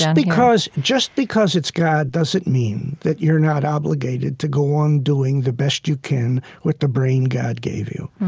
just because just because it's god, doesn't mean that you're not obligated to go on doing the best you can with the brain god gave you.